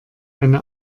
eine